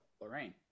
Lorraine